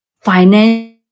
finance